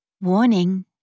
Warning